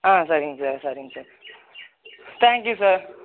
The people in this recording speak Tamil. ஆ சரிங்க சார் சரிங்க சார் தேங்க்யூ சார்